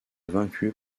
vaincue